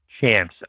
chance